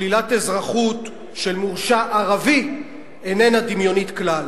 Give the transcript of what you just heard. שלילת אזרחות של מורשע ערבי איננה דמיונית כלל,